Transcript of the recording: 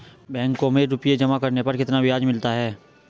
Bank में रुपये जमा करने पर कितना ब्याज मिलता है?